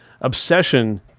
Obsession